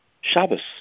Shabbos